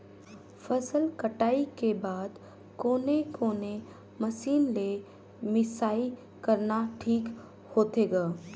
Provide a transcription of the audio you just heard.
फसल कटाई के बाद कोने कोने मशीन ले मिसाई करना ठीक होथे ग?